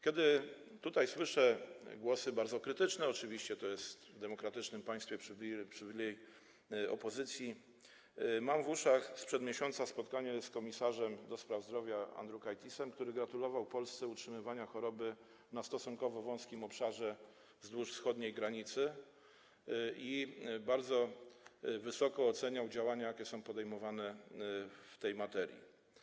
Kiedy tutaj słyszę bardzo krytyczne głosy - oczywiście to jest w demokratycznym państwie przywilej opozycji - mam w uszach słowa ze spotkania z komisarzem do spraw zdrowia Andriukaitisem sprzed miesiąca, który gratulował Polsce utrzymywania choroby na stosunkowo wąskim obszarze wzdłuż wschodniej granicy i bardzo wysoko oceniał działania, jakie są podejmowane w tej materii.